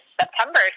September